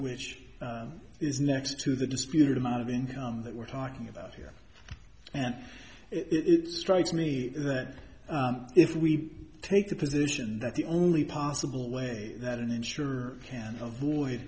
which is next to the disputed amount of income that we're talking about here and it strikes me that if we take the position that the only possible way that an insurer can avoid